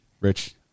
Rich